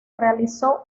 realizó